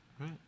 Right